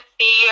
see